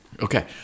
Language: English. Okay